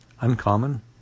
uncommon